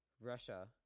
russia